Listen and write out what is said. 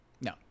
No